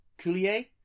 Coulier